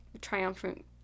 triumphant